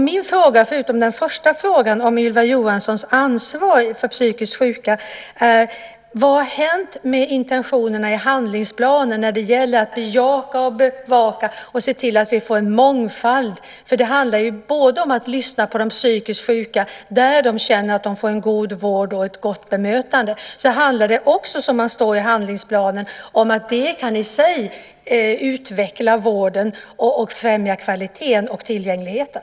Min fråga, förutom den första frågan om Ylva Johanssons ansvar för psykiskt sjuka, är: Vad har hänt med intentionerna i handlingsplanen när det gäller att bejaka, bevaka och se till att vi får en mångfald? Det handlar ju om att lyssna på de psykiskt sjuka och höra var de känner att de får en god vård och ett gott bemötande. Det handlar också, som det står i handlingsplanen, om att det i sig kan utveckla vården och främja kvaliteten och tillgängligheten.